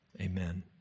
Amen